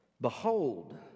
Behold